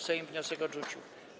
Sejm wniosek odrzucił.